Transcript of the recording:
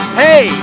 hey